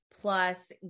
plus